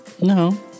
No